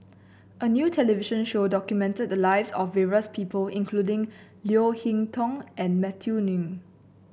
a new television show documented the lives of various people including Leo Hee Tong and Matthew Ngui